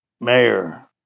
Mayor